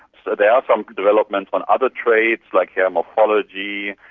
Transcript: so there are some developments on other traits, like hair morphology,